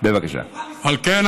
על כן,